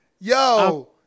Yo